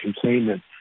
containment